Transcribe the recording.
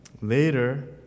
Later